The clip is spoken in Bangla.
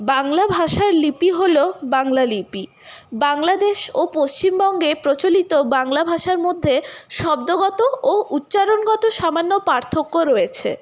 বাংলা ভাষার লিপি হল বাংলা লিপি বাংলাদেশ ও পশ্চিমবঙ্গে প্রচলিত বাংলা ভাষার মধ্যে শব্দগত ও উচ্চারণগত সামান্য পার্থক্য রয়েছে